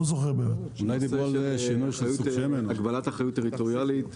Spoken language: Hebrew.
אולי מדובר בהגבלת אחריות טריטוריאלית.